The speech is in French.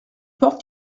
porte